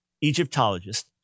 Egyptologist